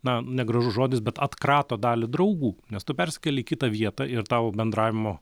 na negražus žodis bet atkrato dalį draugų nes tu persikeli į kitą vietą ir tau bendravimo